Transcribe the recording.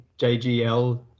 JGL